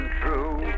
true